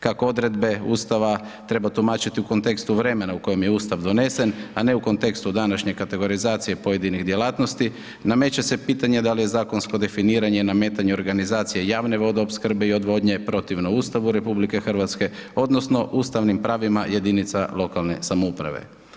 Kako odredbe Ustava treba tumačiti u kontekstu vremena u koje je Ustav donesen, a ne u kontekstu današnje kategorizacije pojedinih djelatnosti nameće se pitanje da li je zakonsko definiranje i nametanje organizacije javne vodoopskrbe i odvodnje protivno Ustavu RH odnosno ustavnim pravima jedinica lokalne samouprave.